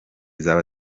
zaba